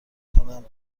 کنم